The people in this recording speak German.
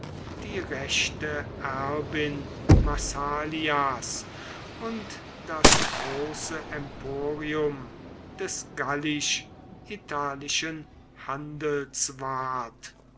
die rechte erbin massalias und das große emporium des gallisch italischen handels ward